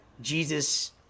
Jesus